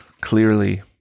clearly